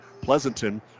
Pleasanton